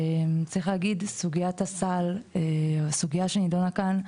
צריך להגיד שסוגיית הסל היא סוגיה שנידונה כאן,